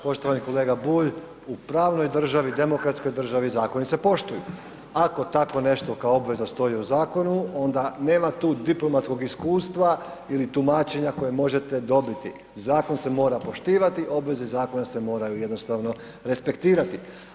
Poštovani kolega Bulj, u pravnoj državi, demokratskoj državi zakoni se poštuju, ako tako nešto kao obveza stoji u zakonu onda nema tu diplomatskom iskustva ili tumačenja koje možete dobiti, zakon se mora poštivati, obveze zakona se moraju jednostavno respektirati.